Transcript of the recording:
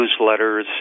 newsletters